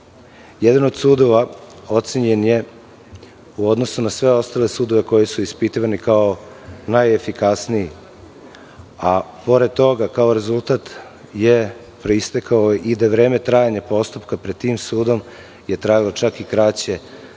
od sudova ocenjen je, u odnosu na sve ostale sudove koji su ispitivani, kao najefikasniji, a pored toga, kao rezultat je proistekao i da vreme trajanja postupka pred tim sudom je trajalo čak i kraće